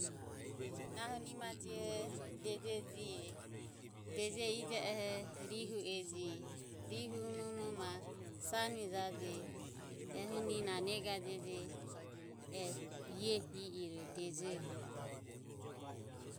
Nahu nimaje i oho deje jie e. Deje i jeoho, rihu eje, rihuromo ma sanue jaje. Ehune na nega jeje e iho ho e iro deje ho.